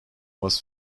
was